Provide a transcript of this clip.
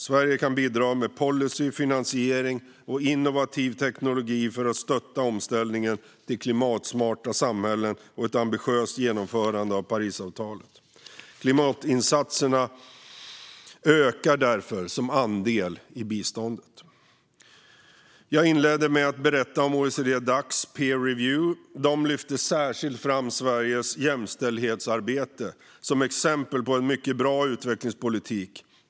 Sverige kan bidra med policyer, finansiering och innovativ teknik för att stötta omställningen till klimatsmarta samhällen och ett ambitiöst genomförande av Parisavtalet. Klimatinsatserna ökar därför som andel i biståndet. Jag inledde med att berätta om OECD-Dacs peer review. De lyfter särskilt fram Sveriges jämställdhetsarbete som exempel på en mycket bra utvecklingspolitik.